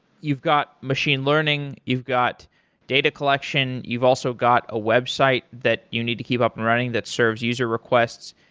you've got machine learning. you've got data collection. you've also got a website that you need to keep up and running that serves user requests.